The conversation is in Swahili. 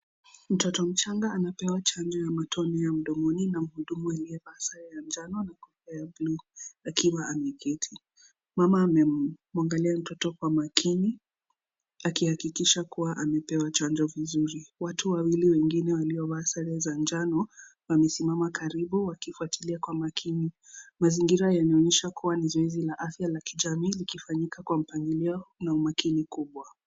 Mtoto mchanga anapewa chanjo ya matone ya mdomoni na mhudumu aliyevaa sare ya njano na kofia ya blue akiwa ameketi . Mama amemwangalia mtoto kwa makini akihakikisha kuwa amepewa chanjo vizuri, watu wawili wengine waliovaa sare za njano wamesimama karibu wakifwatilia kwa makini. Mazingira yanaonyesha kuwa zoezi la afya la kijamii likifanyika kwa mpangilio na umakini mkubwa.